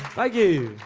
thank you.